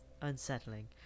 unsettling